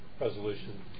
resolution